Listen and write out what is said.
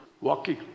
walking